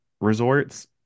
resorts